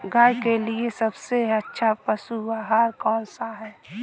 गाय के लिए सबसे अच्छा पशु आहार कौन सा है?